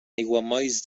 aiguamolls